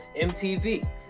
MTV